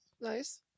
Nice